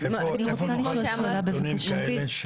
איפה אני יכול לשמוע נתונים כאלה,